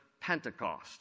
Pentecost